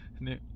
new